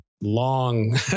long